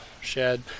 shed